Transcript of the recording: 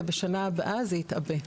בשנה הבאה זה התעבה.